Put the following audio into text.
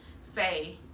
say